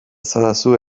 esadazu